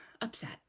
upset